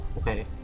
Okay